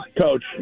coach